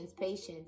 patience